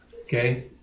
Okay